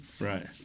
Right